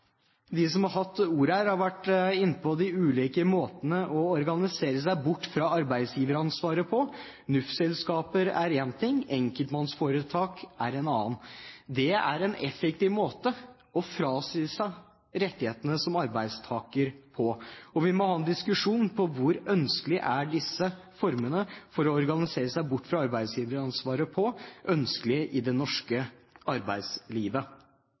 som har hatt ordet her, har vært inne på de ulike måtene å organisere seg bort fra arbeidsgiveransvaret på. NUF-selskaper er én ting, enkelpersonforetak er en annen. Det er en effektiv måte å frasi seg rettighetene som arbeidstaker på. Vi må ha en diskusjon om hvor ønskelig disse formene er for å organisere seg bort fra arbeidsgiveransvaret, i det norske arbeidslivet.